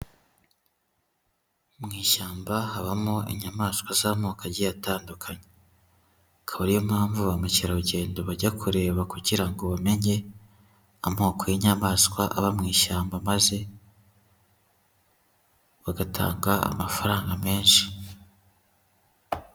Mu ishyamba habamo inyamaswa z'amoko agiye atandukanye. Akaba ari yo mpamvu bamukerarugendo bajya kureba kugira ngo bamenye amoko y'inyamaswa aba mu ishyamba, maze bagatanga amafaranga menshi.